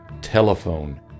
Telephone